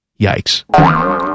Yikes